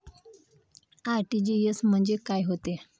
RTGS म्हंजे काय होते?